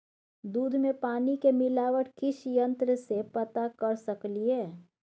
दूध में पानी के मिलावट किस यंत्र से पता कर सकलिए?